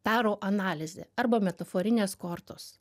taro analizė arba metaforinės kortos